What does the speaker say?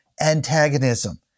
antagonism